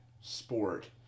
sport